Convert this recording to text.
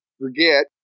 forget